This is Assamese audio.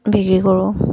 বিক্ৰী কৰোঁ